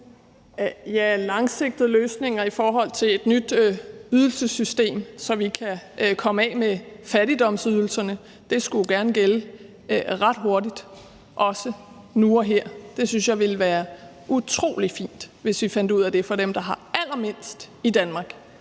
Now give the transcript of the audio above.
til langsigtede løsninger i forhold til et nyt ydelsessystem, så vi kan komme af med fattigdomsydelserne. Det skulle gerne komme til at gælde ret hurtigt, også gerne nu og her. Det synes jeg ville være utrolig fint, hvis vi fandt ud af det for dem, der har allermindst i Danmark.